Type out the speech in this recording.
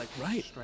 right